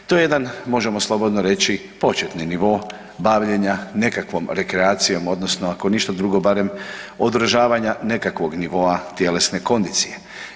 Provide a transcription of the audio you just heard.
To je jedan možemo slobodno reći početni nivo bavljenja nekakvom rekreacijom odnosno ako ništa drugo barem održavanja nekakvog nivoa tjelesne kondicije.